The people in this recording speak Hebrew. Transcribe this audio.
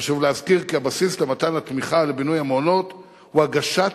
חשוב להזכיר כי הבסיס למתן התמיכה לבינוי המעונות הוא הגשת